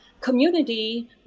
Community